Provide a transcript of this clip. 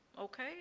okay